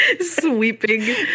Sweeping